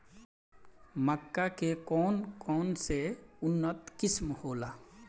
मक्का के कौन कौनसे उन्नत किस्म होला?